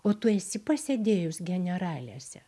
o tu esi pasėdėjus generalėse